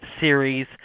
series